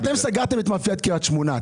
אתם סגרתם את מאפיית קריית שמונה,